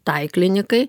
tai klinikai